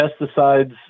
pesticides